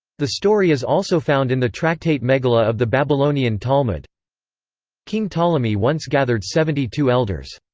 the story is also found in the tractate megillah of the babylonian talmud king ptolemy once gathered seventy two elders.